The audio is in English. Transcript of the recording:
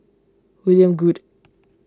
William Goode